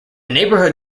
neighborhood